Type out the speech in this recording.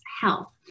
health